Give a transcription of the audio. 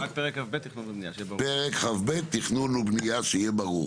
רק פרק כ"ב, תכנון ובנייה, שיהיה ברור.